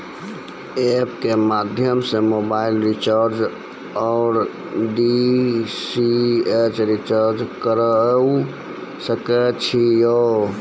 App के माध्यम से मोबाइल रिचार्ज ओर डी.टी.एच रिचार्ज करऽ सके छी यो?